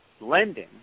lending